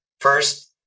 First